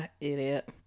Idiot